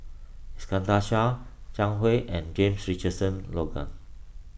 Iskandar Shah Zhang Hui and James Richardson Logan